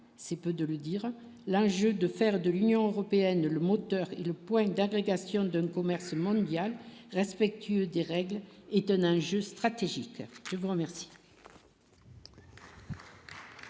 c'est peu de le dire, la juge de faire de l'Union européenne, le moteur, le point d'application donne commerciale mondiale, respectueux des règles étonnant jeu stratégique, je vous remercie.